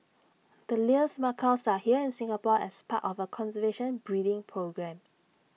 the Lear's macaws are here in Singapore as part of A conservation breeding programme